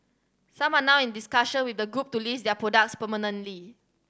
some are now in discussion with the group to list their products permanently